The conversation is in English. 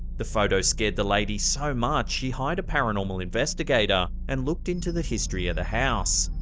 the photo scared the lady so much she hired a paranormal investigator, and looked into the history of the house.